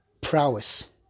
prowess